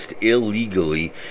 illegally